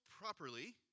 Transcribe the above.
properly